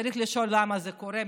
צריך לשאול למה זה קורה.